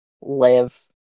live